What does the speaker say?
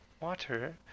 water